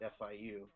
FIU